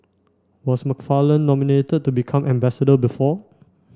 was McFarland nominated to become ambassador before